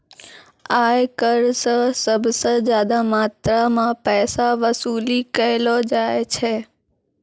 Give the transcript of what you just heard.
आयकर स सबस ज्यादा मात्रा म पैसा वसूली कयलो जाय छै